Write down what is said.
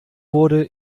wurde